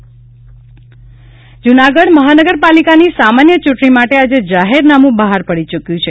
જૂનાગઢ ચૂંટણી જૂનાગઢ મહાનગર પાલિકા ની સામાન્ય ચૂંટણી માંટે આજે જાહેરનામું બહાર પડી ચૂક્યું છે